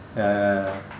ya ya ya